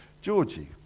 Georgie